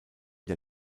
der